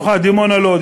דימונה לא,